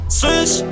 switch